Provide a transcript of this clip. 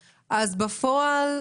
בפועל,